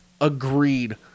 agreed